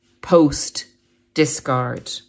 post-discard